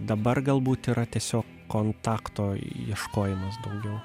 dabar galbūt yra tiesio kontakto ieškojimas daugiau